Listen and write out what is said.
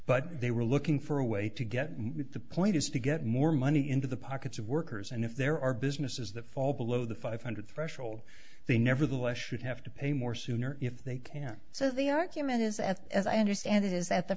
but they were looking for a way to get the point is to get more money into the pockets of workers and if there are businesses that fall below the five hundred threshold they nevertheless should have to pay more sooner if they can so the argument is as as i understand it is that the